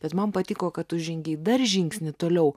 bet man patiko kad tu žengei dar žingsnį toliau